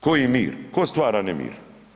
Koji mir, tko stvara nemir?